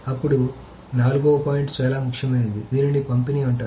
అప్పుడు నాల్గవ పాయింట్ చాలా ముఖ్యమైనది దీనిని పంపిణీ అంటారు